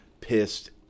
pissed